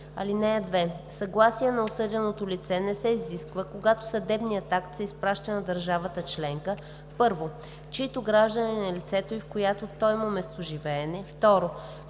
лице. (2) Съгласие на осъденото лице не се изисква, когато съдебният акт се изпраща на държавата членка: 1. чийто гражданин е лицето и в която то има местоживеене; 2.